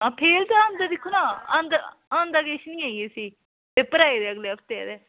ते ठीक गै हून दिक्खो आं आंदा किश निं ऐ इसी पेपर आई गेदे एह्दे अगले हफ्ते